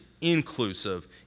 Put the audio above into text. inclusive